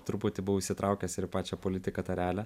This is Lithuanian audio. truputį buvau įsitraukęs ir į pačią politiką tą realią